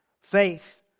faith